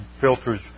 filters